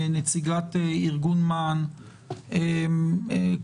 נציגת מרכז אמאן,